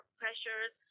pressures